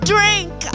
Drink